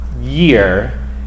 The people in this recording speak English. year